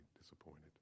disappointed